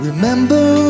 Remember